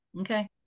okay